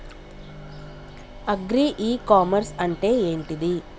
Agri e commerce అంటే ఏంటిది?